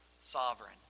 sovereign